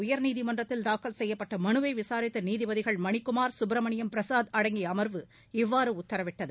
உயர்நீதிமன்றத்தில் தாக்கல் செய்யப்பட்ட மனுவை விசாரித்த நீதிபதிகள் மணிக்குமார் சுப்பிரமணியம் பிரசாத் அடங்கிய அமர்வு இவ்வாறு உத்தரவிட்டது